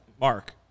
mark